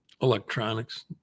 Electronics